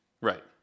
Right